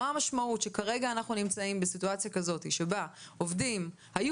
מה המשמעות שכרגע אנחנו נמצאים בסיטואציה כזאת שבה עובדים היו